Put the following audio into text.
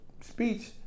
speech